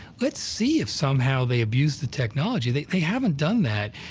let's see if somehow they abuse the technology. they haven't done that,